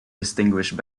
distinguished